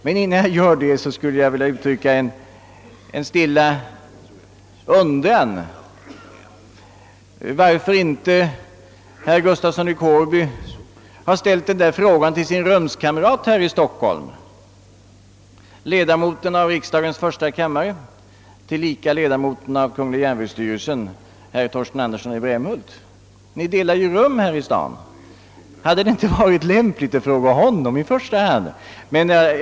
Men innan jag gör det måste jag ge uttryck för en stilla undran varför inte herr Gustafsson frågat sin rumskamrat här i Stockholm, ledamoten av riksdagens första kammare och tillika ledamoten av kungl. järnvägsstyrelsen Torsten Andersson i Brämhult, om saken, Ni delar ju rum här i staden. Hade det inte varit lämpligt att fråga honom i första hand?